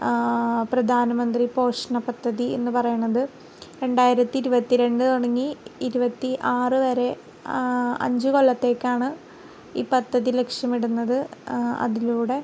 പ്രധാനമന്ത്രി പോഷണ പദ്ധതി എന്നു പറയുന്നത് രണ്ടായിരത്തി ഇരുപത്തി രണ്ട് തുടങ്ങി ഇരുപത്തി ആറു വരെ അഞ്ചു കൊല്ലത്തേക്കാണ് ഈ പദ്ധതി ലക്ഷ്യമിടുന്നത് അതിലൂടെ